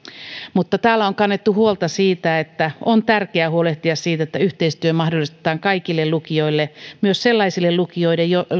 täällä on kannettu huolta siitä että on tärkeää huolehtia siitä että yhteistyö mahdollistetaan kaikille lukioille myös sellaisille lukioille